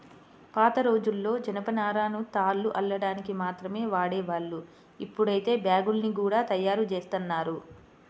పాతరోజుల్లో జనపనారను తాళ్లు అల్లడానికి మాత్రమే వాడేవాళ్ళు, ఇప్పుడైతే బ్యాగ్గుల్ని గూడా తయ్యారుజేత్తన్నారు